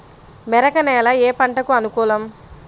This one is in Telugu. మెరక నేల ఏ పంటకు అనుకూలం?